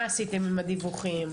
מה עשיתם עם הדיווחים?